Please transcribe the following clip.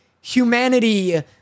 humanity